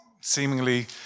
seemingly